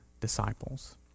disciples